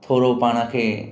थोरो पाण खे